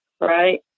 right